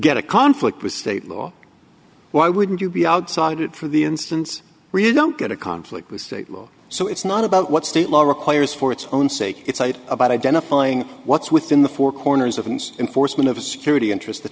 get a conflict with state law why wouldn't you be outside it for the instance really don't get a conflict with state law so it's not about what state law requires for its own sake it's about identifying what's within the four corners of ins enforcement of a security interest th